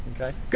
Okay